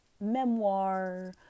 memoir